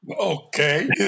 Okay